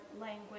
language